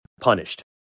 punished